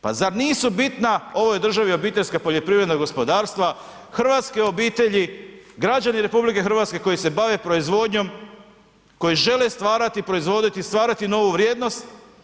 Pa zar nisu bitna ovoj državi obiteljska poljoprivreda gospodarstva, hrvatske obitelji, građani RH koji se bave proizvodnjom, koji žele stvarati i proizvoditi, stvarati novu vrijednost.